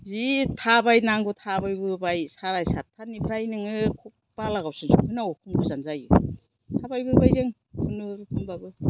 जि थाबायनांगौ थाबायबोबाय साराय साथानिफ्राय नोङो बालागावसिम सफैनांगौआ खम गोजान जायो थाबायबोबाय जों खुनुरुखुमबाबो